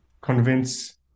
convince